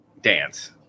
dance